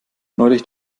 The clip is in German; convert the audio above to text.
neulich